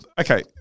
okay